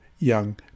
young